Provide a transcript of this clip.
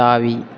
தாவி